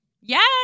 Yes